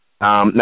Now